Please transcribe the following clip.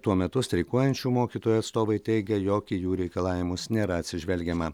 tuo metu streikuojančių mokytojų atstovai teigia jog į jų reikalavimus nėra atsižvelgiama